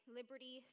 Liberty